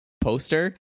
poster